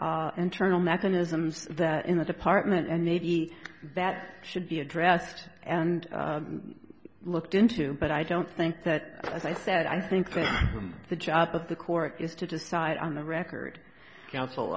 internal mechanisms that in the department and maybe that should be addressed and looked into but i don't think that as i said i think that the job of the court is to decide on the record coun